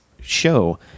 show